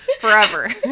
forever